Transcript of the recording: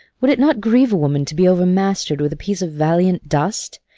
would it not grieve a woman to be over-mastered with a piece of valiant dust?